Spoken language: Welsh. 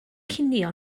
cinio